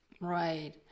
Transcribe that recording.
Right